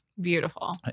Beautiful